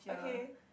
okay